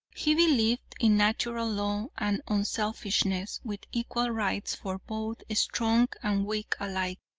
he believed in natural law and unselfishness, with equal rights for both strong and weak alike.